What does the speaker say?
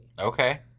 Okay